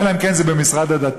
אלא אם כן זה במשרד הדתות,